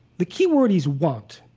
the key word is want.